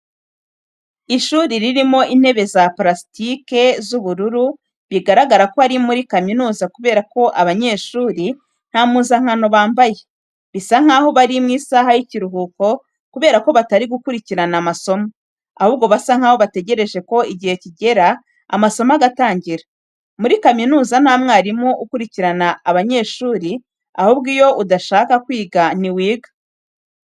Ishuri ririmo intebe za parasitike z'ubururu bigaragara ko ari muri kaminuza kubera ko abanyeshuri nta muzankano bambaye, bisa nkaho bari mu isaha y'ikiruhuko kubera ko batari gukurikirana amasomo, ahubwo basa nkaho bategereje ko igihe kigera amasomo agatangira, muri kaminuza nta mwarimu ukurikirana abanyeshuri ahubwo iyo udashaka kwiga ntiwiga.